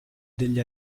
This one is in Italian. degli